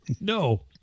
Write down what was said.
No